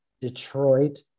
Detroit